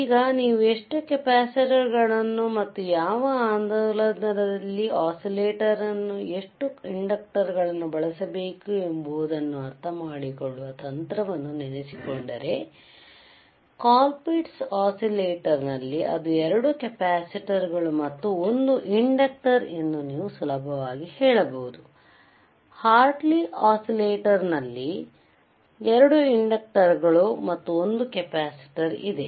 ಈಗ ನೀವು ಎಷ್ಟು ಕೆಪಾಸಿಟರ್ ಗಳನ್ನು ಮತ್ತು ಯಾವ ಆಂದೋಲದಲ್ಲಿ ಒಸಿಲೇಟಾರ್ ಎಷ್ಟು ಇಂಡಕ್ಟರ್ ಗಳನ್ನು ಬಳಸಬೇಕು ಎಂಬುದನ್ನು ಅರ್ಥಮಾಡಿಕೊಳ್ಳುವ ತಂತ್ರವನ್ನು ನೆನಪಿಸಿಕೊಂಡರೆ ಕೋಲ್ಪಿಟ್ಸ್ ಒಸಿಲೇಟಾರ್ ನಲ್ಲಿ ಅದು 2 ಕೆಪಾಸಿಟರ್ ಗಳು ಮತ್ತು 1 ಇಂಡಕ್ಟರ್ ಎಂದು ನೀವು ಸುಲಭವಾಗಿ ಹೇಳಬಹುದು ಹಾರ್ಟ್ಲಿ ಒಸಿಲೇಟಾರ್ನದಲ್ಲಿ 2 ಇಂಡಕ್ಟರ್ ಗಳು ಮತ್ತು 1 ಕೆಪಾಸಿಟರ್ ಇದೆ